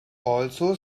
also